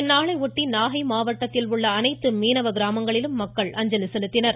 இந்நாளையொட்டி நாகை மாவட்டத்திலுள்ள அனைத்து மீனவ கிராமங்களிலும் மக்கள் அஞ்சலி செலுத்தினர்